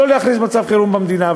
לא להכריז, על מצב חירום במדינה.